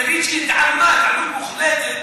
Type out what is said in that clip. תגיד שהיא התעלמה התעלמות מוחלטת,